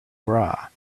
bra